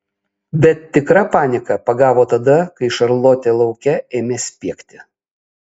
bet tikra panika pagavo tada kai šarlotė lauke ėmė spiegti